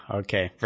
okay